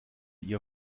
ihr